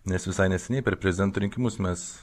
nes visai neseniai per prezidento rinkimus mes